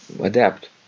adapt